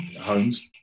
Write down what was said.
homes